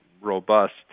robust